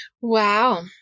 Wow